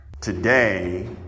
Today